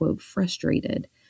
frustrated